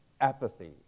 apathy